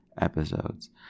episodes